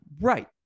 right